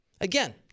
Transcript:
Again